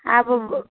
अब